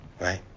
right